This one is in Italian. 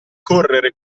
correre